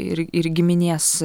ir ir giminės